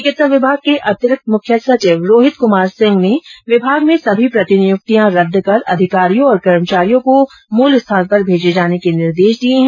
चिकित्सा विभाग को अतिरिक्त मुख्य सचिव रोहित कुमार सिंह ने विभाग में सभी प्रतिनियुक्तियां रद्द कर अधिकारियों और कर्मचारियों को मूल स्थान पर भेजे जाने के निर्देश दिए हैं